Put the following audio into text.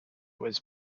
was